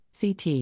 CT